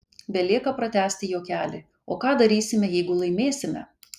belieka pratęsti juokelį o ką darysime jeigu laimėsime